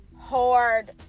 hard